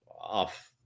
off